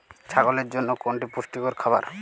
ছাগলের জন্য কোনটি পুষ্টিকর খাবার?